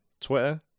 Twitter